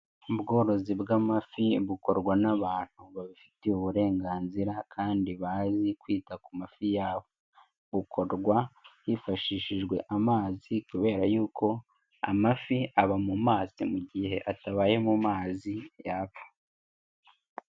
Ubworozi bw'amafi bukorwa n'abantu babifitiye uburenganzira kandi bazi kwita ku mafi yabo, bukorwa hifashishijwe amazi, kubera yuko amafi aba mu mazi mu gihe atabaye mu mazi yapfa.